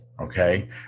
Okay